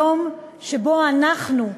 יום שבו אנחנו,